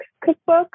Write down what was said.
cookbook